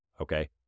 okay